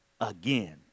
again